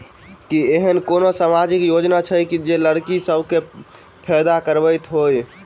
की एहेन कोनो सामाजिक योजना छै जे लड़की सब केँ फैदा कराबैत होइ?